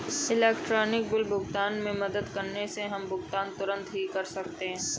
electronic bill भुगतान की मदद से हम भुगतान तुरंत ही कर सकते हैं